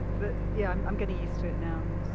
but yeah, i'm i'm getting used to it now,